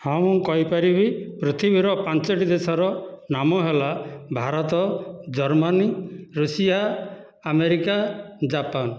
ହଁ ମୁଁ କହିପାରିବି ପୃଥିବୀର ପାଞ୍ଚୋଟି ଦେଶର ନାମ ହେଲା Bharat Germany Russia America Japan